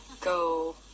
Go